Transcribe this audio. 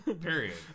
Period